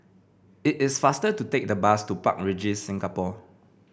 it is faster to take the bus to Park Regis Singapore